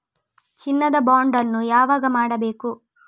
ಚಿನ್ನ ದ ಬಾಂಡ್ ಅನ್ನು ಯಾವಾಗ ಮಾಡಬೇಕು?